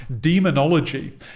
DEMONOLOGY